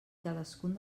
cadascun